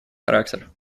характер